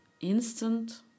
instant